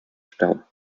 stau